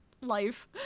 life